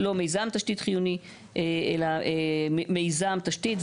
לא "מיזם תשתית חיוני" אלא "מיזם תשתית",